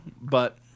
But-